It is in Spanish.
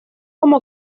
como